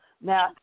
Now